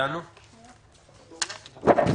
עורכת